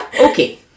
okay